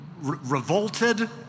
revolted